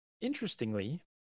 interestingly